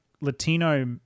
Latino